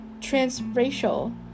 transracial